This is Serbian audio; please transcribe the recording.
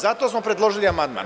Zato smo predložili amandman.